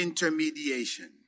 intermediation